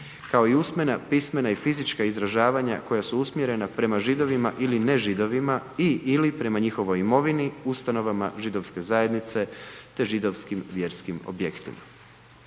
kao i usmena, pismena i fizička izražavanja koja su usmjerena prema Židovima ili nežidovima i/ili prema njihovoj imovini, ustanovama židovske zajednice te židovskim vjerskim objektima.